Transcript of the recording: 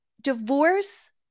Divorce